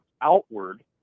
outward